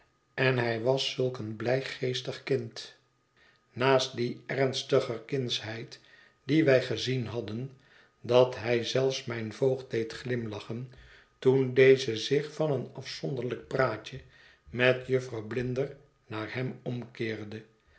en hij was zulk een blijgeestig kind naast dié ernstiger kindsheid die wij gezien hadden dat hij zelfs mijn voogd deed glimlachen toen deze zich van een afzonderlijk praatje met jufvrouw blinder naar hem omkeerde